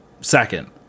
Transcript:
Second